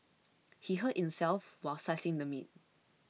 he hurt himself while slicing the meat